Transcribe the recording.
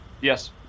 Yes